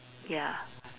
ya